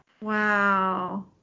Wow